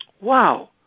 Wow